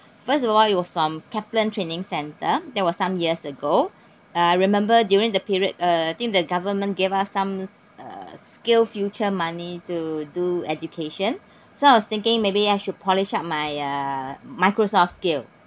first of all it was from kaplan training centre that was some years ago uh I remember during the period uh I think the government gave us some uh skillsfuture money to do education so I was thinking maybe I should polish up my uh microsoft skill